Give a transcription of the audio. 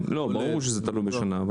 ברור שזה תלוי בשנה.